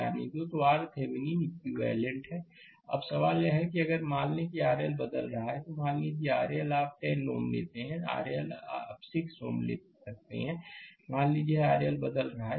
slide समय देखें 2037 अब सवाल यह है कि अगर मान लें कि यह RL बदल गया है तो मान लीजिए RL आप 10 Ω लेते हैं RL आप 6 Ω ले सकते हैं मान लीजिए यह RL बदल रहा है